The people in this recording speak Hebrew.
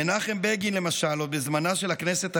מנחם בגין, למשל, עוד בזמנה של הכנסת הראשונה,